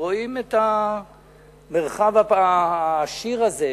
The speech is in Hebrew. ורואים את המרחב העשיר הזה,